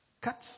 Cuts